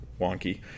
wonky